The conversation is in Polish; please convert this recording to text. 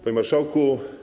Panie Marszałku!